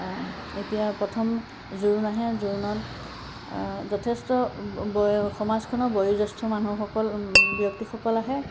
এতিয়া প্ৰথম জোৰোণ আহে জোৰোণত যথেষ্ট সমাজখনৰ বয়োজ্যেষ্ঠ মানুহসকল ব্যক্তিসকল আহে